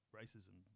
racism